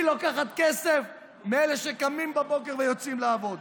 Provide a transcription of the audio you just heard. היא לוקחת כסף מאלה שקמים בבוקר ויוצאים לעבוד.